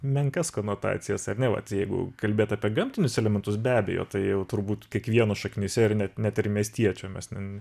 menkas konotacijas ar ne vat jeigu kalbėt apie gamtinius elementus be abejo tai turbūt kiekvieno šaknyse ir net net ir miestiečio mes ten